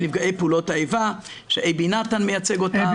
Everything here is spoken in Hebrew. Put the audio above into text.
נפגעי פעולות האיבה שאייבי מוזס מייצג אותם.